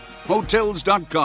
Hotels.com